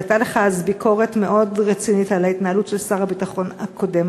והייתה לך אז ביקורת מאוד רצינית על ההתנהלות של שר הביטחון הקודם.